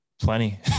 Plenty